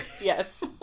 Yes